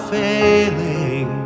failing